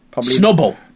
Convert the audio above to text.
Snubble